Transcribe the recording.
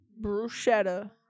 Bruschetta